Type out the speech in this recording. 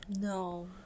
No